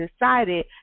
decided